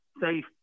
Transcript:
safe